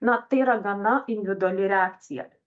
na tai yra gana individuali reakcija